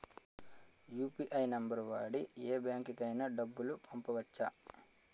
UPI number వాడి యే బ్యాంకుకి అయినా డబ్బులు పంపవచ్చ్చా?